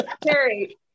Terry